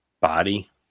body